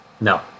No